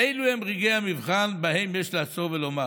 ואלו הם רגעי המבחן שבהם יש לעצור ולומר: